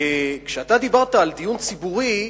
כשאתה דיברת על דיון ציבורי,